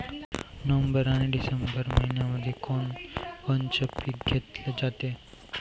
November अन December मइन्यामंधी कोण कोनचं पीक घेतलं जाते?